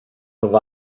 have